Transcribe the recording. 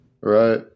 Right